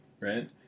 right